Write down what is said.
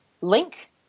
link